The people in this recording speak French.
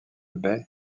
baie